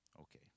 Okay